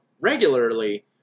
regularly